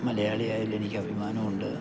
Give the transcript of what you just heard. മലയാളിയായതിൽ എനിക്ക് അഭിമാനം ഉണ്ട്